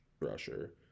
rusher